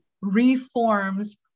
reforms